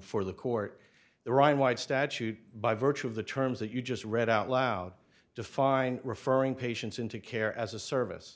for the court the ryan white statute by virtue of the terms that you just read out loud to find referring patients into care as a service